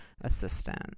assistant